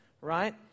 Right